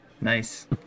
Nice